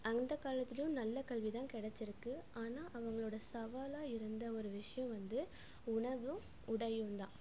அந்த காலத்துலேயும் நல்ல கல்வி தான் கிடச்சிருக்கு ஆனால் அவங்களோட சவாலாக இருந்த ஒரு விஷயம் வந்து உணவும் உடையும்தான்